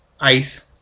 ice